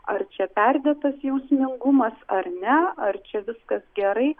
ar čia perdėtas jausmingumas ar ne ar čia viskas gerai